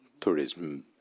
tourism